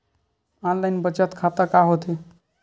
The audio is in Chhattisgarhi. ऑनलाइन बचत खाता का होथे?